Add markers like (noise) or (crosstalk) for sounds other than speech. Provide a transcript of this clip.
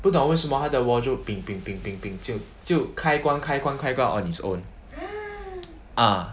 不懂为什么 the wardrobe (noise) 就就开关开关开关 on its own ah